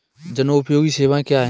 जनोपयोगी सेवाएँ क्या हैं?